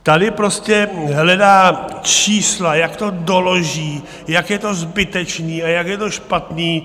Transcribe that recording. Tady prostě hledá čísla, jak to doloží, jak je to zbytečné a jak je to špatné.